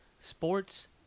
sports